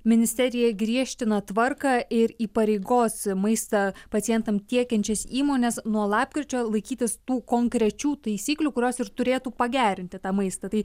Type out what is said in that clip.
ministerija griežtina tvarką ir įpareigos maistą pacientam tiekiančias įmones nuo lapkričio laikytis tų konkrečių taisyklių kurios ir turėtų pagerinti tą maistą tai